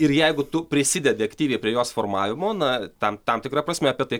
ir jeigu tu prisidedi aktyviai prie jos formavimo na tam tam tikra prasme apie tai